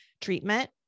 treatment